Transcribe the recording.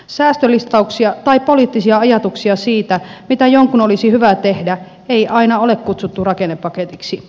säästölistauksia tai poliittisia ajatuksia siitä mitä jonkun olisi hyvä tehdä ei aina ole kutsuttu rakennepaketiksi